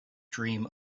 dream